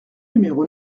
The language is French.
numéro